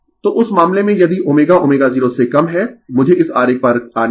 तो उस मामले में यदि ω ω0 से कम है मुझे इस आरेख पर आने दें